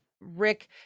Rick